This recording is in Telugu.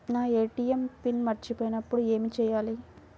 నా ఏ.టీ.ఎం పిన్ మరచిపోయినప్పుడు ఏమి చేయాలి?